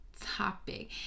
topic